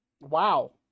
Wow